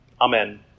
Amen